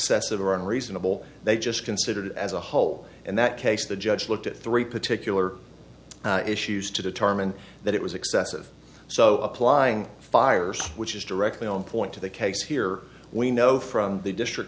excessive or unreasonable they just considered as a whole and that case the judge looked at three particular issues to determine that it was excessive so applying fires which is directly on point to the case here we know from the district